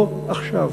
לא עכשיו.